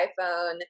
iPhone